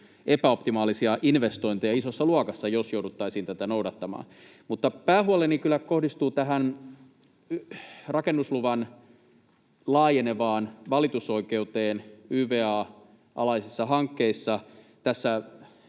epäoptimaalisia investointeja isossa luokassa, jos jouduttaisiin tätä noudattamaan. Mutta päähuoleni kyllä kohdistuu rakennusluvan laajenevaan valitusoikeuteen yvan alaisissa hankkeissa.